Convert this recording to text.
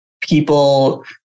people